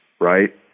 right